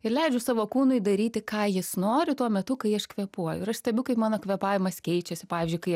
ir leidžiu savo kūnui daryti ką jis nori tuo metu kai aš kvėpuoju ir aš stebiu kaip mano kvėpavimas keičiasi pavyzdžiui kai